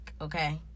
okay